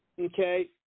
Okay